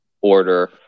order